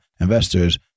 investors